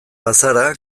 bazara